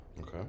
Okay